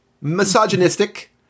Misogynistic